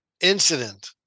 incident